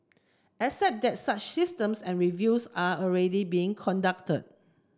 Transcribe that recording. except that such systems and reviews are already being conducted